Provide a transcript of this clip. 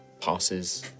passes